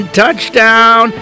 touchdown